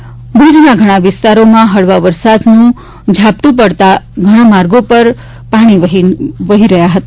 પાટનગર ભૂજના ઘણા વિસ્તારોમાં હળવા વરસાદનું ઝાપટું પડતા ઘણા સ્થળોએ માર્ગો પર પાણી વહી નીકળ્યા હતા